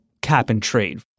cap-and-trade